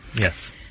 Yes